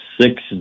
six